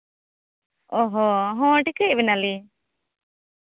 ᱚ ᱦᱚᱸ ᱦᱮᱸ ᱴᱷᱤᱠᱟᱹᱭᱮᱫ ᱵᱮᱱᱟᱞᱤᱧ